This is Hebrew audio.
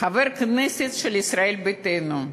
חבר כנסת של ישראל ביתנו.